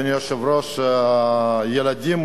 אדוני היושב-ראש, שהילדים